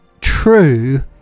true